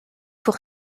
pour